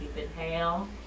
inhale